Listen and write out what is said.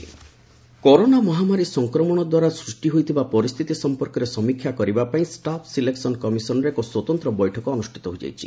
staff selection corona ମହାମାରୀ ସଂକ୍ରମଣ ଦ୍ୱାରା ସୃଷ୍ଟି ହୋଇଥିବା ପରିସ୍ଥିତି ସମ୍ପର୍କରେ ସମୀକ୍ଷା କରିବା ପାଇଁ ଷ୍ଟାଫ୍ ସିଲେକସନ କମିଶନର ଏକ ସ୍ୱତନ୍ତ୍ର ବୈଠକ ଅନୁଷ୍ଠିତ ହୋଇଯାଇଛି